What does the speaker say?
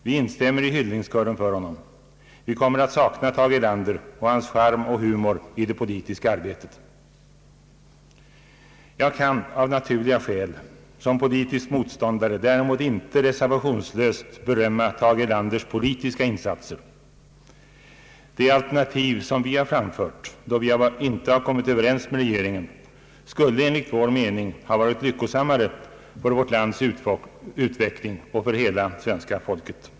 Vi instämmer i hyllningskören för honom. Vi kommer att sakna Tage Erlander och hans charm och humor i det politiska arbetet. Jag kan — av naturliga skäl — som politisk motståndare däremot inte reservationslöst berömma Tage Erlanders politiska insatser. Det alternativ som vi har framfört, då vi inte har kommit överens med regeringen, skulle enligt vår mening ha varit lyckosammare för vårt lands utveckling och för hela svenska folket.